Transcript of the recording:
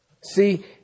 See